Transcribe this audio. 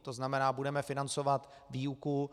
To znamená, budeme financovat výuku.